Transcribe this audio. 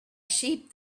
sheep